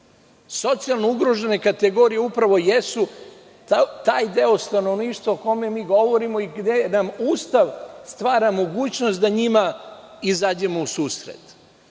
Socijalno ugrožene kategorije upravo jesu taj deo stanovništva o kome mi govorimo i gde nam Ustav stvara mogućnost da njima izađemo u susret. Predlog